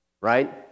right